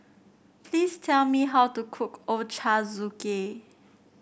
please tell me how to cook Ochazuke